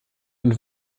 und